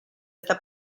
esta